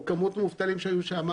או את כמות המובטלים שהיו שם".